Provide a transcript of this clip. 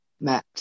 met